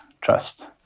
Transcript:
trust